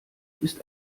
ist